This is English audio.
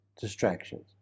distractions